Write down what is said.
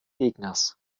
gegners